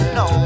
no